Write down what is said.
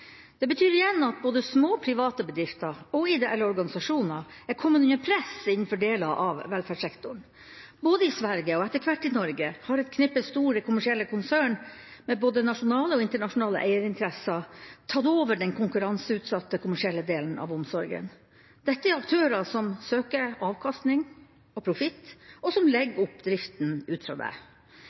Det betyr igjen at både små private bedrifter og ideelle organisasjoner er kommet under press innenfor deler av velferdssektoren. Både i Sverige og etter hvert i Norge har et knippe store kommersielle konsern, med både nasjonale og internasjonale eierinteresser, tatt over den konkurranseutsatte, kommersielle delen av omsorgen. Dette er aktører som søker avkastning og profitt, og som legger opp driften ut fra